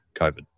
covid